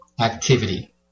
activity